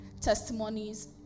testimonies